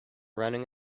running